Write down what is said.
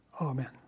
Amen